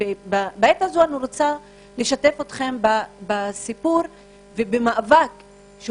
בעת הזאת אני רוצה לשתף אתכם בסיפור ובמאבק שהוא